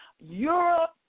Europe